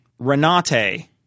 Renate